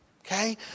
Okay